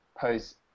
pose